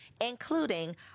including